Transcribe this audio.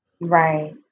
Right